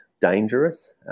dangerous